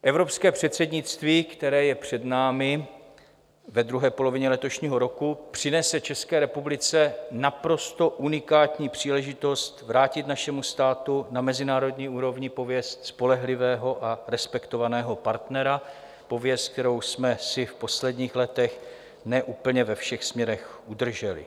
Evropské předsednictví, které je před námi ve druhé polovině letošního roku, přinese České republice naprosto unikátní příležitost vrátit našemu státu na mezinárodní úrovni pověst spolehlivého a respektovaného partnera, pověst, kterou jsme si v posledních letech ne úplně ve všech směrech udrželi.